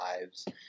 lives